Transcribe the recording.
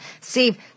Steve